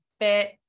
fit